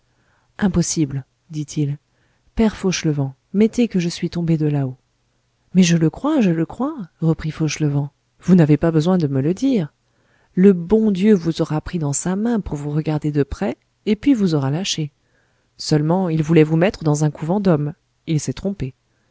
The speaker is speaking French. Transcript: impossible dit-il père fauchelevent mettez que je suis tombé de là-haut mais je le crois je le crois reprit fauchelevent vous n'avez pas besoin de me le dire le bon dieu vous aura pris dans sa main pour vous regarder de près et puis vous aura lâché seulement il voulait vous mettre dans un couvent d'hommes il s'est trompé